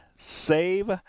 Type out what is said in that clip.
Save